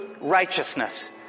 righteousness